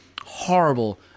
horrible